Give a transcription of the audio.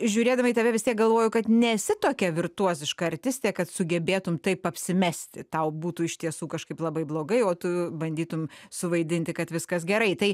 žiūrėdama į tave vis tiek galvoju kad nesi tokia virtuoziška artistė kad sugebėtum taip apsimesti tau būtų iš tiesų kažkaip labai blogai o tu bandytum suvaidinti kad viskas gerai tai